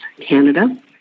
Canada